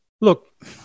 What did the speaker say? Look